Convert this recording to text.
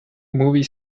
movie